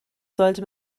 sollte